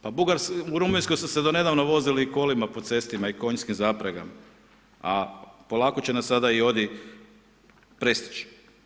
Pa u Rumunjskoj su se do nedavno vozili i kolima po cesti i konjskim zapregama a polako će nas sada i oni prestići.